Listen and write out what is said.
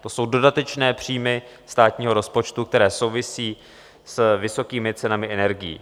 To jsou dodatečné příjmy státního rozpočtu, které souvisí s vysokými cenami energií.